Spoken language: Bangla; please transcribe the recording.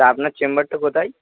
তা আপনার চেম্বারটা কোথায়